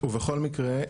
ובכל מקרה,